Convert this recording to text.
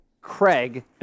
Craig